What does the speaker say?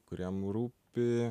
kuriem rūpi